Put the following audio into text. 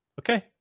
Okay